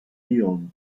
field